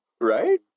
Right